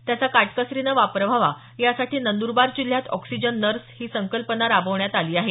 त्याचा काटकसरीनं वापर व्हावा यासाठी नंद्रबार जिल्ह्यात ऑक्सिजन नर्स ही संकल्पना राबवण्यात आली आहे